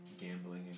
gambling